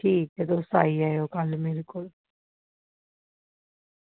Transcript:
ठीक ऐ तुस आई जायो कल्ल मेरे कोल